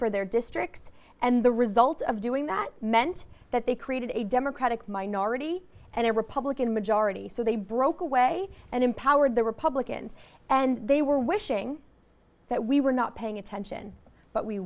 for their districts and the result of doing that meant that they created a democratic minority and a republican majority so they broke away and empowered the republicans and they were wishing that we were not paying attention but we